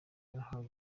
yahawe